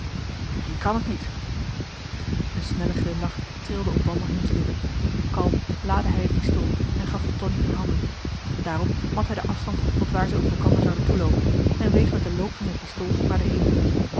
ik kan t niet een snelle glimlach trilde om wandelheems lippen kalm laadde hij het pistool en gaf het tonie in handen daarop mat hij den afstand tot waar zij op elkander marcellus emants een drietal novellen zouden toeloopen en wees met den loop van zijn pistool naar den hemel